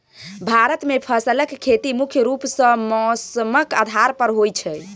भारत मे फसलक खेती मुख्य रूप सँ मौसमक आधार पर होइ छै